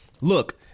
look